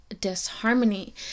disharmony